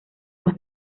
más